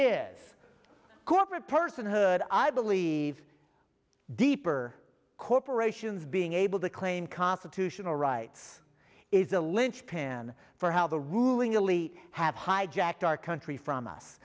is corporate personhood i believe deeper corporations being able to claim constitutional rights is a lynch pan for how the ruling elite have hijacked our country from us